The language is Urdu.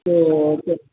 تو پھر